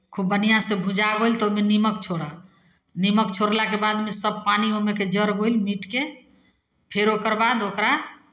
खूब बढ़िआँसँ भुजा गेल तऽ ओहिमे निमक छोड़ह निमक छोड़लाके बादमे सभ पानि ओहिमेके जरबै मीटके फेर ओकरबाद ओकरा